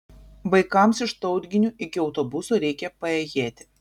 vaikams iš tautginių iki autobuso reikia paėjėti